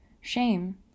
Shame